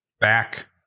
back